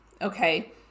Okay